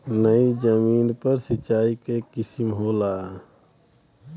नयी जमीन पर सिंचाई क एक किसिम होला